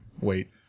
wait